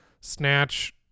snatch